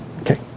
Okay